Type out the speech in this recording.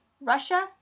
russia